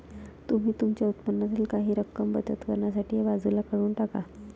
तुम्ही तुमच्या उत्पन्नातील काही रक्कम बचत करण्यासाठी बाजूला काढून टाका